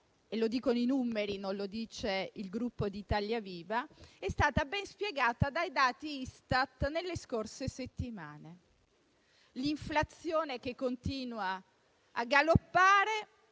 - lo dicono i numeri, non lo dice il Gruppo di Italia Viva - dai dati Istat nelle scorse settimane: l'inflazione che continua a galoppare,